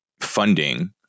funding